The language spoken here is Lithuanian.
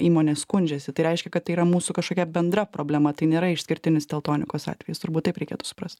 įmonės skundžiasi tai reiškia kad tai yra mūsų kažkokia bendra problema tai nėra išskirtinis teltonikos atvejis turbūt taip reikėtų suprasti